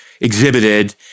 exhibited